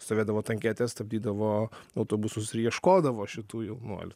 stovėdavo tanketė stabdydavo autobusus ir ieškodavo šitų jaunuolių